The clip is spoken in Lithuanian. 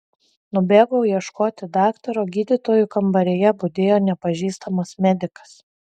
nubėgau ieškoti daktaro gydytojų kambaryje budėjo nepažįstamas medikas